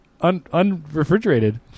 unrefrigerated